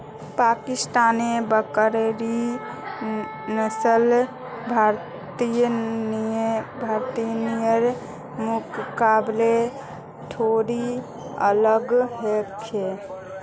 पाकिस्तानेर बकरिर नस्ल भारतीयर मुकाबले थोड़ी अलग ह छेक